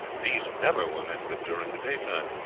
these never were met with during the daytime,